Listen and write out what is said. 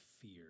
fear